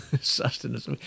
sustenance